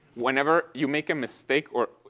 whenever you make a mistake or,